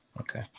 Okay